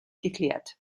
geklärt